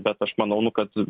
bet aš manau nu kad